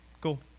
cool